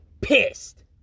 pissed